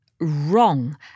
wrong